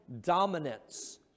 dominance